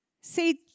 See